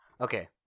Okay